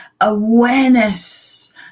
awareness